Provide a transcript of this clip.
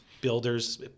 builders